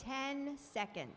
ten seconds